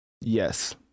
Yes